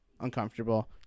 uncomfortable